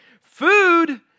Food